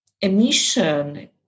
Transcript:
emission